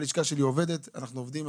הלשכה שלי עובדת, אנחנו עובדים.